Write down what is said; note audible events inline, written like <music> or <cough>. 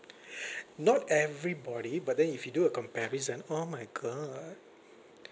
<breath> not everybody but then if you do a comparison oh my god